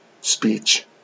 speech